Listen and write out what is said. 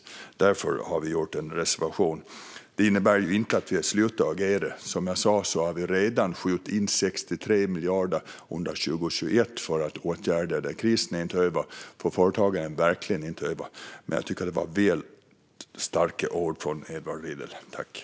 Därför har vi lämnat en reservation. Detta innebär inte att vi har slutat att agera; som jag sa har vi redan skjutit till 63 miljarder under 2021 för åtgärder. Krisen är inte över - för företagen är den verkligen inte över. Men jag tycker att det var väl starka ord från Edward Riedl.